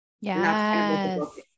Yes